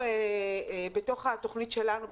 בתוך התוכנית שלנו,